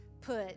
put